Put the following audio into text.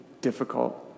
difficult